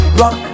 rock